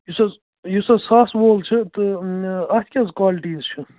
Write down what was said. یُس حظ یُس حظ ساسہٕ وول چھُ تہٕ اَتھ کیٛاہ حظ کالٹیٖز چھِ